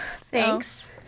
Thanks